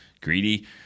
greedy